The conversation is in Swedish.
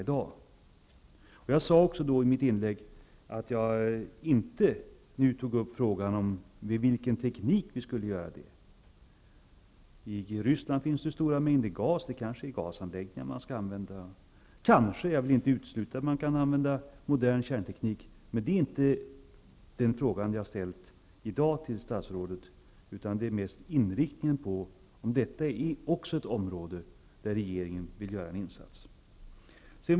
I mitt inlägg sade jag också att jag inte tog upp frågan om vilken teknik som skulle användas. I Ryssland finns det stora mängder gas. Det kanske är gasanläggningar som skall användas. Jag vill inte heller utesluta modern kärnteknik, men det är inte den frågan som jag i dag har ställt till statsrådet, utan det gäller mest inriktningen. Är detta ett område där regeringen vill göra en insats?